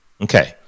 okay